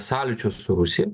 sąlyčio su rusija